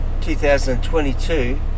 2022